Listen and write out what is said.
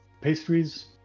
pastries